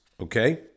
okay